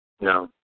no